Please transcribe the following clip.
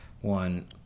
one